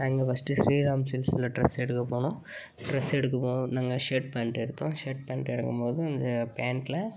நாங்கள் ஃபர்ஸ்ட்டு ஸ்ரீராம் சில்க்ஸில் டிரெஸ் எடுக்க போனோம் டிரெஸ் எடுக்க போவோம் நாங்கள் ஷர்ட் பேன்ட் எடுத்தோம் ஷர்ட் பேன்ட் எடுக்கும் மோது இந்த பேன்ட்டில்